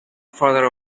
farther